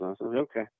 Okay